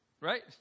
Right